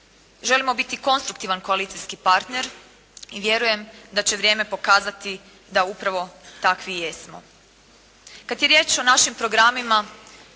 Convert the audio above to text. Želimo biti konstruktivan koalicijski partner i vjerujem da će vrijeme pokazati da upravo i takvi jesmo. Kad je riječ o našim programima,